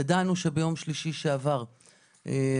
ידענו שביום שלישי שעבר החקירה,